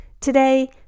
Today